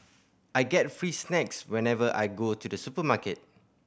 I get free snacks whenever I go to the supermarket